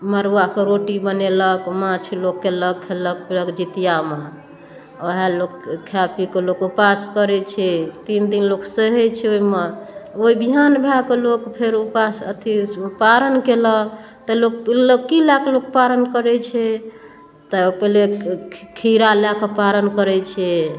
मड़ुआके रोटी बनेलक माछ लोक केलक खेलक पीलक जितियामे वएह लोक खाए पी कऽ लोक उपास करै छै तीन दिन लोक सहै छै ओइमे ओइ बिहान भए कऽ लोक फेर उपास अथी पारण केलक तऽ लोक की लए कऽ लोक पारण करै छै तऽ पहिले खीरा लए कऽ पारण करै छै